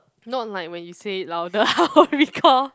not like when you say it louder I will recall